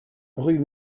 rue